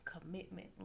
commitment